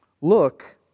Look